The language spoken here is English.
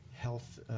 Health